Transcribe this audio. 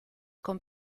con